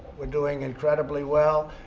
we're doing incredibly well.